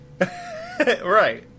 Right